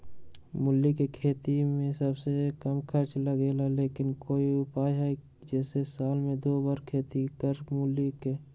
मूली के खेती में सबसे कम खर्च लगेला लेकिन कोई उपाय है कि जेसे साल में दो बार खेती करी मूली के?